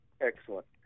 Excellent